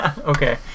Okay